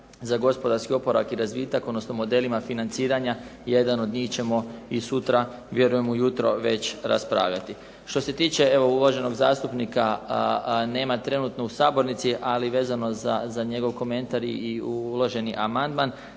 za gospodarski oporavak i razvitak, odnosno modelima financiranja. Jedan od njih ćemo i sutra vjerujem ujutro već raspravljati. Što se tiče, evo uvaženog zastupnika nema trenutno u sabornici, ali vezano za njegov komentar i uloženi amandman,